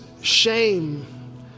shame